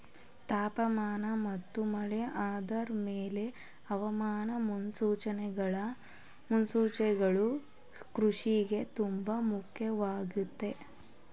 ತಾಪಮಾನ ಮತ್ತು ಮಳೆ ಆಧಾರದ್ ಮೇಲೆ ಹವಾಮಾನ ಮುನ್ಸೂಚನೆಗಳು ಕೃಷಿಗೆ ತುಂಬ ಮುಖ್ಯವಾಗಯ್ತೆ